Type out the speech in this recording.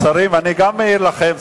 השרים, אני מעיר גם לכם.